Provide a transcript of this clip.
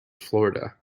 florida